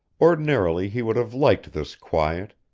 ordinarily he would have liked this quiet,